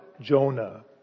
Jonah